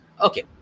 Okay